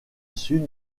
sud